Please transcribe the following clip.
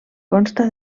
consta